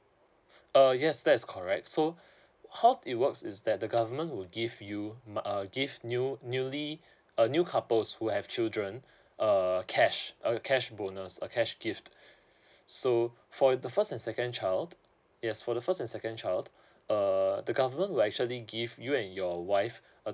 uh yes that is correct so how it works is that the government would give you uh give new newly uh new couples who have children err cash a cash bonus a cash gift so for the first and second child yes for the first and second child err the government will actually give you and your wife a